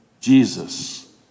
Jesus